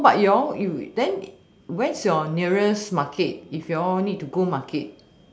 so but you all but then where is your nearest market if you all need to go market